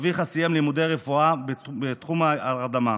אביך סיים לימודי רפואה בתחום ההרדמה.